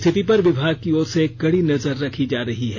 रिथति पर विभाग की ओर से कड़ी नजर रखी जा रही है